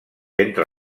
entre